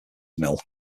mill